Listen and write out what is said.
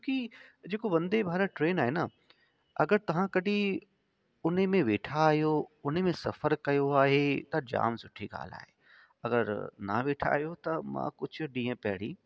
की जेको वंदे भारत ट्रेन आहे न अगरि तव्हां कॾहिं उने में वेठा आहियो उने में सफ़रु कयो आहे त जामु सुठी ॻाल्हि आहे अगरि ना वेठा आहियो त मां कुझु ॾींहं पहिरीं